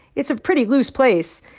it's a pretty loose place.